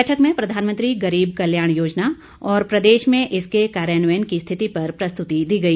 बैठक में प्रधानमंत्री गरीब कल्याण योजना और प्रदेश में इसके कार्यान्वयन की स्थिति पर प्रस्तुति दी गई